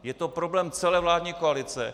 Je to problém celé vládní koalice.